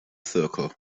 circle